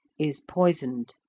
is poisoned.